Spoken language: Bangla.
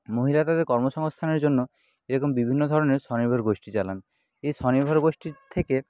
মহিলা তাদের কর্মসংস্থানের জন্য এরকম বিভিন্ন ধরনের স্বনির্ভর গোষ্ঠী চালান এ স্বনির্ভর গোষ্ঠীর থেকে